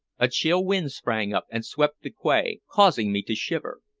a chill wind sprang up and swept the quay, causing me to shiver.